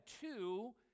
two